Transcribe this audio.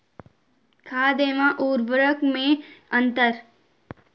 खाद एवं उर्वरक में अंतर?